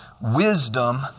wisdom